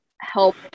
help